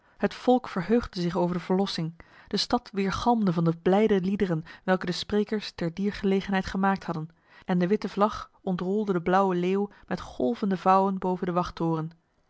het volk verheugde zich over de verlossing de stad weergalmde van de blijde liederen welke de sprekers ter dier gelegenheid gemaakt hadden en de witte vlag ontrolde de blauwe leeuw met golvende vouwen boven de